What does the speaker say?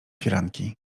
firanki